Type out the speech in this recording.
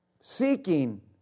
Seeking